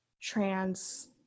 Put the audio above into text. trans